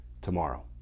tomorrow